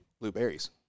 blueberries